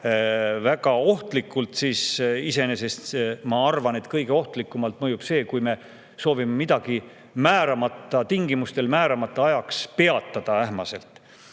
väga ohtlikult, siis mina arvan, et kõige ohtlikumalt mõjub see, kui me soovime midagi määramata tingimustel määramata ajaks ähmaselt